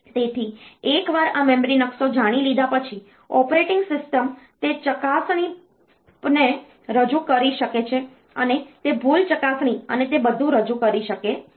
તેથી એકવાર આ મેમરી નકશો જાણી લીધા પછી ઓપરેટિંગ સિસ્ટમ તે ચકાસણીપને રજૂ કરી શકે છે અને તે ભૂલ ચકાસણી અને તે બધું રજૂ કરી શકે છે